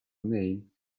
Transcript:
name